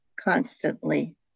constantly